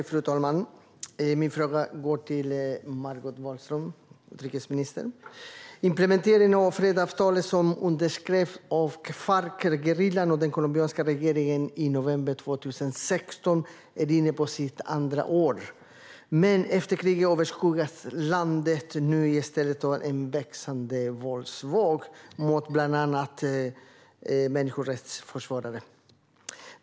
Fru talman! Min fråga går till utrikesminister Margot Wallström. Implementeringen av fredsavtalet som undertecknades av Farcgerillan och den colombianska regeringen i november 2016 är inne på sitt andra år. Men efter kriget överskuggas landet nu i stället av en växande våldsvåg mot bland annat människorättsförsvarare.